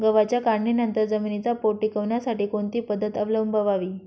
गव्हाच्या काढणीनंतर जमिनीचा पोत टिकवण्यासाठी कोणती पद्धत अवलंबवावी?